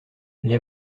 les